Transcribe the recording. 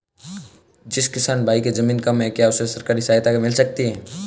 जिस किसान भाई के ज़मीन कम है क्या उसे सरकारी सहायता मिल सकती है?